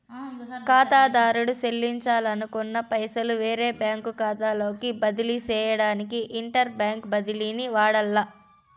కాతాదారుడు సెల్లించాలనుకున్న పైసలు వేరే బ్యాంకు కాతాలోకి బదిలీ సేయడానికి ఇంటర్ బ్యాంకు బదిలీని వాడాల్ల